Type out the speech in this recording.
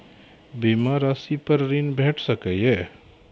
बीमा रासि पर ॠण भेट सकै ये?